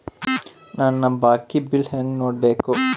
ನನ್ನ ಬಾಕಿ ಬಿಲ್ ಹೆಂಗ ನೋಡ್ಬೇಕು?